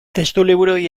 testuliburuei